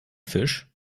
fisch